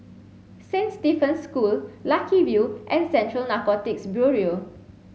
Saint Stephen's School Lucky View and Central Narcotics Bureau